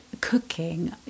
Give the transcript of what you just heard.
cooking